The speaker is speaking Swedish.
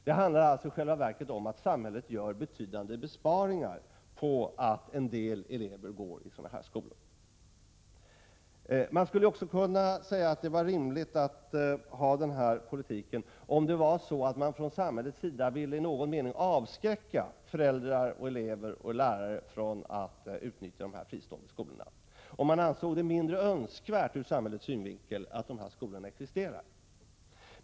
Det handlar alltså i själva verket om att samhället gör betydande besparingar genom att en del elever går i fristående skolor. Man skulle också kunna säga att det var rimligt att föra denna politik om man från samhällets sida ville i någon mening avskräcka föräldrar, elever och lärare från att utnyttja de fristående skolorna — om man ur samhällets synvinkel ansåg det mindre önskvärt att dessa skolor existerar.